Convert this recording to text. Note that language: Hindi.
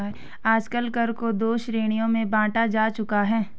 आजकल कर को दो श्रेणियों में बांटा जा चुका है